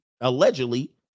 allegedly